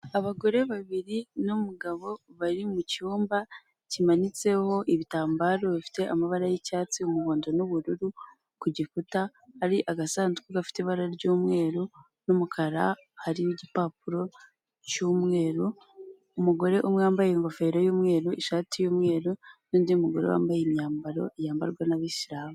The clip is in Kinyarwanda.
Abagore babiri n'umugabo bari mu cyumba kimanitseho ibitambaro bifite amabara y'icyatsi, umuhondo n'ubururu, ku gikuta hari agasanduku gafite ibara ry'umweru n'umukara hariho igipapuro cy'umweru, umugore umwe wambaye ingofero y'umweru, ishati y'umweru n'undi mugore wambaye imyambaro yambarwa n'abisilamu.